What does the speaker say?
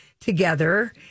together